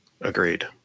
Agreed